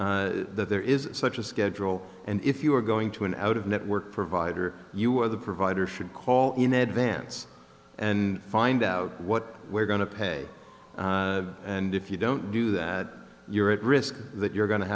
that there is such a schedule and if you are going to an out of network provider you are the provider should call in advance and find out what we're going to pay and if you don't do that you're at risk that you're go